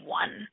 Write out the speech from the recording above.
one